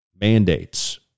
mandates